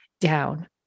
down